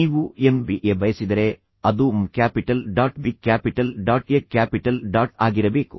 ನೀವು ಎಂಬಿಎ ಬಯಸಿದರೆ ಅದು M capital dot B capital dot A capital dot ಆಗಿರಬೇಕು